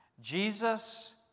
Jesus